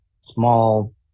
small